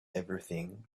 everything